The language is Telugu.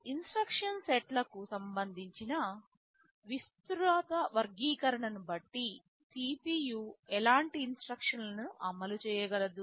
ఇన్స్ట్రక్షన్ సెట్లకు సంబంధించిన విస్తృత వర్గీకరణను బట్టి CPU ఎలాంటి ఇన్స్ట్రక్షన్ లను అమలు చేయగలదు